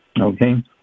okay